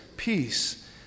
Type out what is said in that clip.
peace